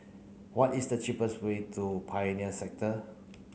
what is the cheapest way to Pioneer Sector